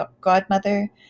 godmother